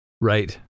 Right